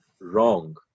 Wrong